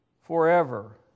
forever